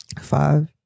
Five